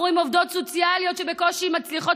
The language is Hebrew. אנחנו רואים עובדות סוציאליות שבקושי מצליחות